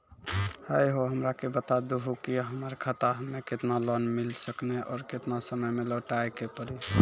है हो हमरा के बता दहु की हमार खाता हम्मे केतना लोन मिल सकने और केतना समय मैं लौटाए के पड़ी?